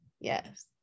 yes